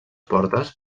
portes